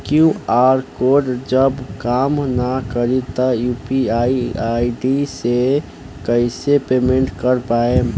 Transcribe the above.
QR code जब काम ना करी त यू.पी.आई आई.डी से कइसे पेमेंट कर पाएम?